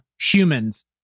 humans